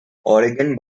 oregon